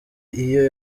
iyo